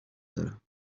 دارم